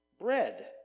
bread